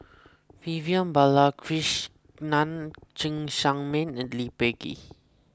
Vivian Balakrishnan Cheng Tsang Man and Lee Peh Gee